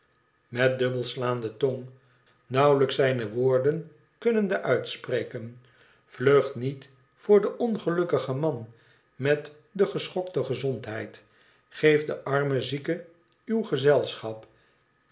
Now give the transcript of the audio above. met dubbelslaande tong nauwelijks zijne woorden kunnende uitspreken vlucht niet voor den ongelukkigen man met de geschokte gezondheid oeef den armen zieke uw gezelschap